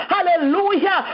Hallelujah